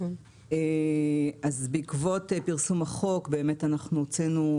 בעקבות פרסום החוק הוצאנו,